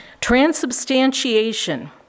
Transubstantiation